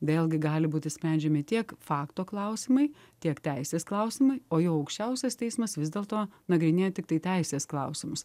vėlgi gali būti sprendžiami tiek fakto klausimai tiek teisės klausimai o jau aukščiausias teismas vis dėlto nagrinėja tiktai teisės klausimus